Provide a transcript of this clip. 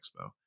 expo